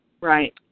Right